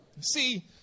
See